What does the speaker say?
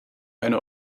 einer